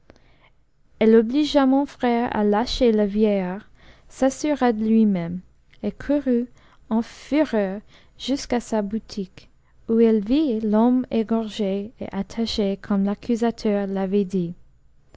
elle obligea mon frère à lâcher le vieillard s'assura de luimême et courut en fureur jusqu'à sa boutique où elle vit l'homme égorgé et attaché comme l'accusateur l'avait dit